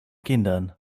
kindern